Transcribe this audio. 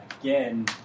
again